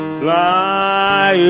fly